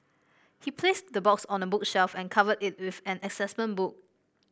he placed the box on a bookshelf and covered it with an assessment book